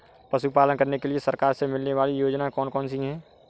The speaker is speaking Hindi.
पशु पालन करने के लिए सरकार से मिलने वाली योजनाएँ कौन कौन सी हैं?